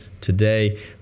today